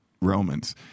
Romans